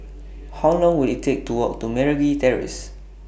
How Long Will IT Take to Walk to Meragi Terrace